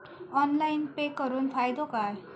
Online pay करुन फायदो काय?